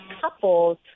couples